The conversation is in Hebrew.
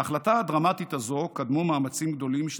להחלטה הדרמטית הזו קדמו מאמצים גדולים של